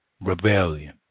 Rebellion